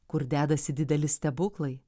kur dedasi dideli stebuklai